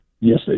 Yes